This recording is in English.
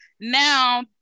now